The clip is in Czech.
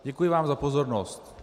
Děkuji vám za pozornost.